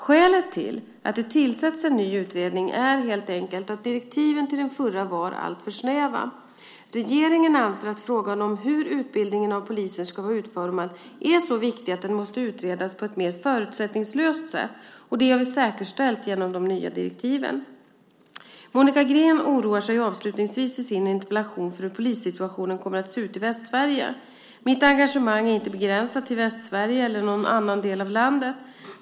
Skälet till att det tillsätts en ny utredning är helt enkelt att direktiven till den förra var alltför snäva. Regeringen anser att frågan om hur utbildningen av poliser ska vara utformad är så viktig att den måste utredas på ett mer förutsättningslöst sätt och det har vi säkerställt genom de nya direktiven. Monica Green oroar sig avslutningsvis i sin interpellation för hur polissituationen kommer att se ut i Västsverige. Mitt engagemang är inte begränsat till Västsverige eller någon annan del av landet.